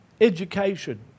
Education